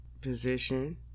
position